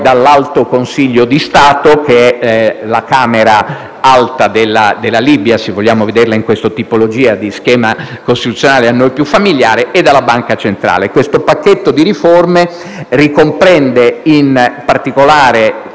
dall'Alto consiglio di Stato, la Camera alta della Libia, se vogliamo vederla in una tipologia di schema costituzionale a noi più familiare, e dalla Banca centrale. Questo pacchetto di riforme ricomprende, in particolare,